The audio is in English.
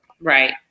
Right